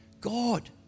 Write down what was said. God